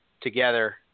together